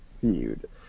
feud